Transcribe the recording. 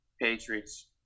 Patriots